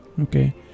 Okay